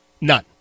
None